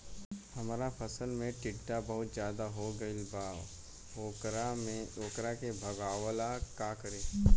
हमरा फसल में टिड्डा बहुत ज्यादा हो गइल बा वोकरा के भागावेला का करी?